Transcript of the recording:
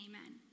amen